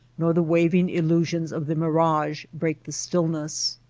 nor the waving illusions of the mirage break the stillness.